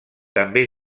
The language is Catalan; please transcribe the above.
també